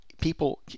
People